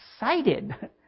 excited